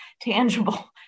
tangible